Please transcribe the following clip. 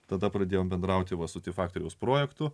tada pradėjome bendrauti va su ti faktoriaus projektu